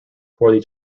poorly